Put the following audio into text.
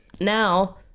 now